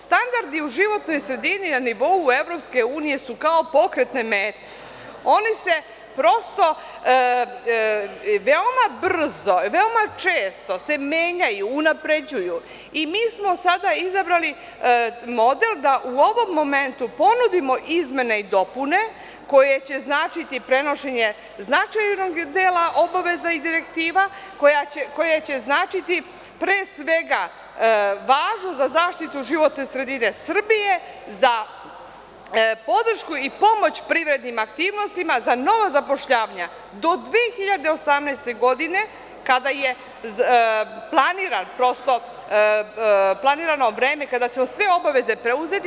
Standardi u životnoj sredini na nivou EU su kao pokretne mete, oni se prosto, veoma brzo, veoma često se menjaju, unapređuju, i mi smo sada izabrali model da u ovom momentu ponudimo izmene i dopune, koje će značiti prenošenje značajnog dela obaveza i direktiva koje će značiti, pre svega, važno za zaštitu životne sredine Srbije, za podršku i pomoć privrednim aktivnostima, za nova zapošljavanja do 2018. godine, kada je planirano vreme kada ćemo sve obaveze preuzeti.